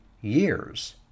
years